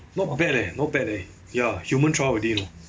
not bad leh not bad ya human trial already know